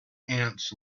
ants